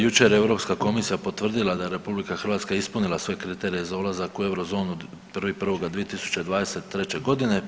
Jučer je Europska komisija potvrdila da je RH ispunila sve kriterije za ulazak u eurozonu 1.1.2023. godine.